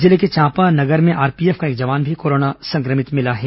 जिले के चांपा नगर में आरपीएफ का एक जवान भी कोरोना संक्रमित मिला है